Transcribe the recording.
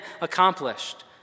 accomplished